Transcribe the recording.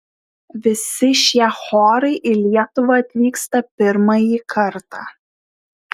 visi šie chorai į lietuvą atvyksta pirmąjį kartą